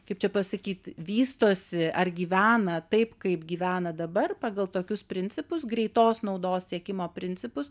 kaip čia pasakyti vystosi ar gyvena taip kaip gyvena dabar pagal tokius principus greitos naudos siekimo principus